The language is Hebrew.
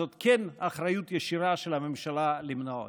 וזאת כן אחריות ישירה של הממשלה למנוע אותם.